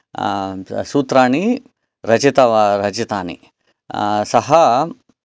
सूत्राणि रचितवान् रचितानि सः